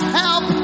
help